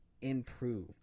improve